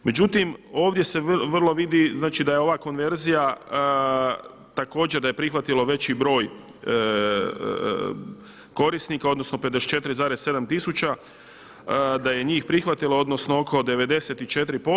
Međutim, ovdje se vidi znači da je ova konverzija također da je prihvatilo veći broj korisnika, odnosno 54,7 tisuća, da je njih prihvatilo odnosno oko 94%